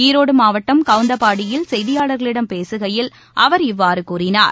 ஈரோடு மாவட்டம் கவுந்தபாடியில் செய்தியாளர்களிடம் பேசுகையில் அவர் இவ்வாறு கூறினார்